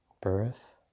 birth